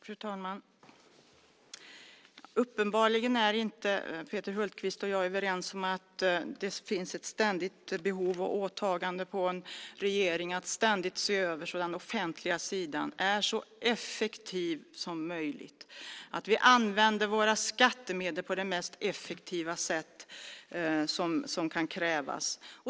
Fru talman! Uppenbarligen är Peter Hultqvist och jag inte överens om behovet av att regeringen ständigt ser över den offentliga sidan så att den är så effektiv som möjligt och att vi använder våra skattemedel på det mest effektiva sätt man kan kräva.